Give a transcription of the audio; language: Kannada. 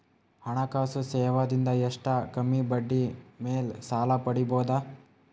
ಹಣಕಾಸು ಸೇವಾ ದಿಂದ ಎಷ್ಟ ಕಮ್ಮಿಬಡ್ಡಿ ಮೇಲ್ ಸಾಲ ಪಡಿಬೋದ?